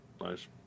Nice